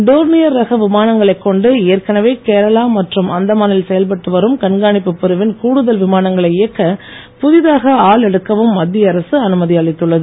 Dornier ரக விமானங்களைக் கொண்டு ஏற்கனவே கேரளா மற்றும் அந்தமானில் செயல்பட்டு வரும் கண்காணிப்பு பிரிவின் கூடுதல் விமானங்களை இயக்க புதிதாக ஆள் எடுக்கவும் மத்திய அரசு அனுமதியளித்துள்ளது